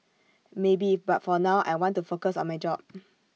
maybe but for now I want to focus on my job